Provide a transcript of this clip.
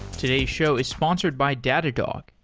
today's show is sponsored by datadog,